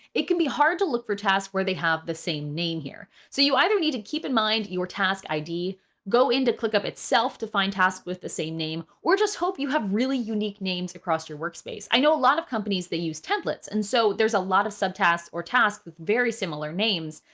it can be hard to look for tasks where they have the same name here. so you either need to keep in mind your task id go into clickup itself to find task with the same name, or just hope you have really unique names across your workspace. i know a lot of companies that use templates and so there's a lot of subtasks or task with very similar names.